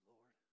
Lord